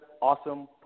awesome